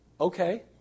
Okay